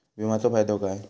विमाचो फायदो काय?